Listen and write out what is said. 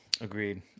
Agreed